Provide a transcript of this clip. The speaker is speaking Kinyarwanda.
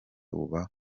uba